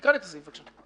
תקרא לי את הסעיף, בבקשה.